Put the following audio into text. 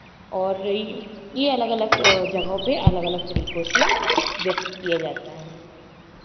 और ये अलग अलग जगहों पे अलग अलग तरीकों से व्यक्त किया जाता हैं